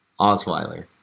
Osweiler